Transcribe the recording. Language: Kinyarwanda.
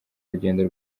rugendo